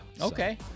Okay